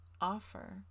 offer